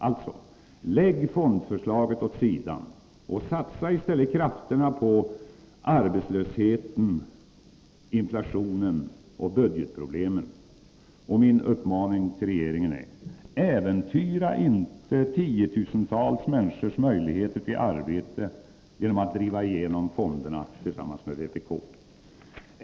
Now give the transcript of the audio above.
Alltså, lägg fondförslaget åt sidan och satsa i stället krafterna på arbetslösheten, inflationen och budgetproblemen! Min uppmaning till regeringen är: Äventyra inte tiotusentals människors möjligheter till arbete genom att driva igenom fonderna tillsammans med vpk.